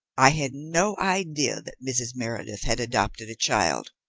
i had no idea that mrs. meredith had adopted a child.